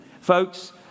folks